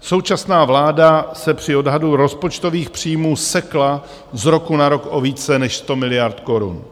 Současná vláda se při odhadu rozpočtových příjmů sekla z roku na rok o více než 100 miliard korun.